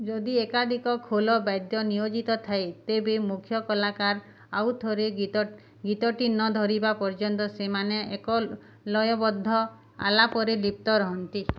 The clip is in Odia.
ଯଦି ଏକାଧିକ ଖୋଲ ବାଦ୍ୟ ନିୟୋଜିତ ଥାଏ ତେବେ ମୁଖ୍ୟ କଲାକାର ଆଉଥରେ ଗୀତ ଗୀତଟି ନ ଧରିବା ପର୍ଯ୍ୟନ୍ତ ସେମାନେ ଏକ ଲୟବଦ୍ଧ ଆଲାପରେ ଲିପ୍ତ ରହନ୍ତି